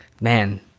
man